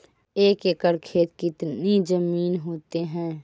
एक एकड़ खेत कितनी जमीन होते हैं?